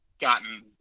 gotten